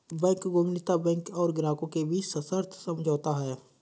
bank गोपनीयता bank और ग्राहक के बीच सशर्त समझौता है